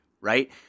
right